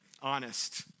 Honest